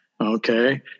okay